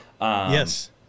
Yes